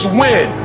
win